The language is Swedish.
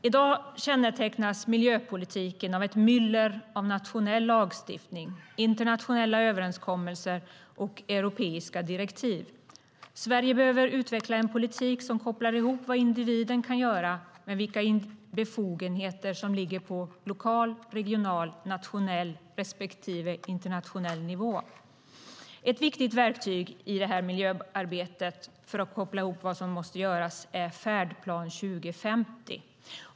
I dag kännetecknas miljöpolitiken av ett myller av nationell lagstiftning, internationella överenskommelser och europeiska direktiv. Sverige behöver utveckla en politik som kopplar ihop vad individen kan göra med vilka befogenheter som ligger på lokal, regional, nationell respektive internationell nivå. Ett viktigt verktyg i miljöarbetet för att koppla ihop vad som måste göras är Färdplan 2050.